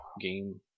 game